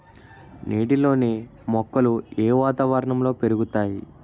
నీటిలోని మొక్కలు ఏ వాతావరణంలో పెరుగుతాయి?